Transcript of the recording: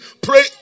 pray